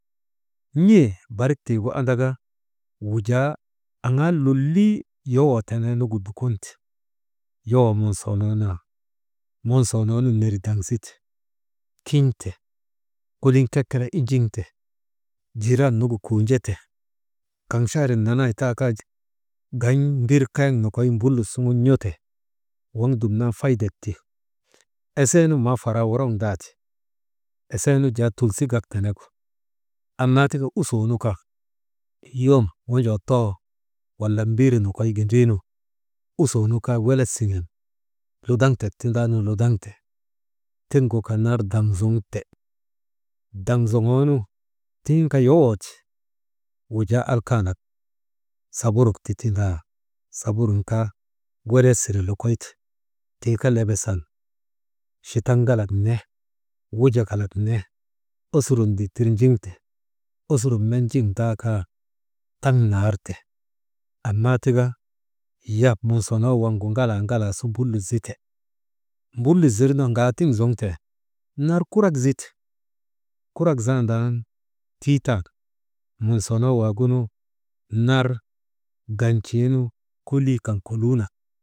N̰ee barik tiigu andaka wujaa aŋaa lolii yowoo teneenugu dukonte, yowoo monsoonoo naa monsoonoonun ner daŋ zite, kin̰te kolin kekkela injiŋte, jiiran nugu kunjete, kaŋ chaarii nun nanay taa kaa gan̰ mbir kayaŋ nokoy mbulut suŋ n̰ote, waŋ dumnan faydek ti, esee nu maa faraa woroŋndaa ti, esee nu jaa tulsi gak tenegu, annaa tika usoo nu kaa yom wonjoo too, wala mbir nokoy gindrii nu usoo nu kaa welet siŋen ludaŋtek tindaa nu ludaŋte, tiŋgu kaa nar daŋ zoŋte, daŋzoŋoo nu tiŋ kaa yowoo ti. Wujaa alkaanak saburuk, ti tindaa saburun kaa, welek sire lokoyte, tii kaa lebesen chitak ŋalak ne, wujak kalak ne, ourun dittir njiŋte, osurun met njiŋdaa kaa taŋ naar te, annaa tika, hiya monsonoo waŋgu ŋalaa, ŋalaa su mbulut zite, mbullut zirnu ŋaatiŋ zoŋten, nar kurak zite, kurak zandan tiitan monsoonoo waagunu nar gan̰tuu nu kulii kan kolii nak.